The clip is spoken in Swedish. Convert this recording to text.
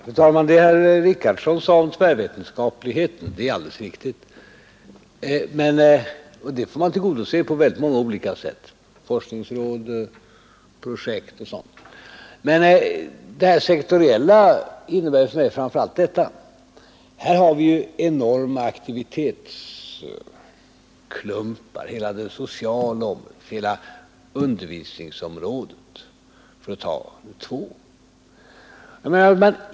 Fru talman! Det herr Richardson sade om tvärvetenskapligheten är alldeles riktigt. Den får man tillgodose på väldigt många olika sätt, genom forskningsråd, projekt och sådant. Men det sektoriella innebär för mig framför allt följande. Här har vi enorma aktivitetsklumpar: hela det sociala området och hela undervisningsområdet för att ta två exempel.